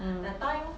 mm